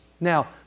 Now